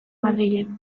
madrilen